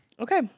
Okay